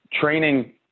training